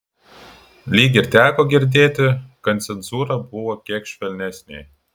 lyg ir teko girdėti kad cenzūra buvo kiek švelnesnė